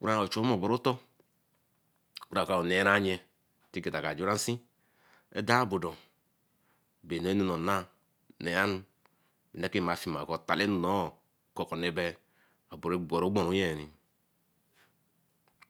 way ka chu werun-otor or aowe ca chu nera nye takitaka juransee adanbodo bay anu ne nah ku gborun ye